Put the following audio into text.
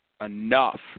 enough